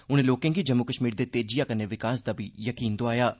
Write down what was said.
उनें लोकें गी जम्मू कश्मीर दे तेजिआ कन्नै विकास दा बी यकीन दोआया ऐ